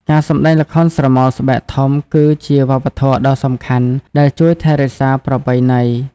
ការសម្តែងល្ខោនស្រមោលស្បែកធំ គឺជាវប្បធម៌ដ៏សំខាន់ដែលជួយថែរក្សាប្រពៃណី។